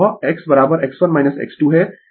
तो वह X X1 X2 है